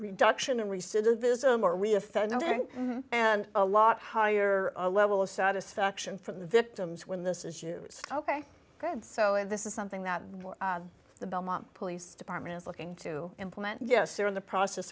refined and a lot higher level of satisfaction from the victims when this is you ok ok so and this is something that the belmont police department is looking to implement yes they're in the process